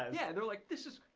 yeah they're like this is,